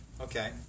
Okay